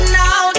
now